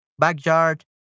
Backyard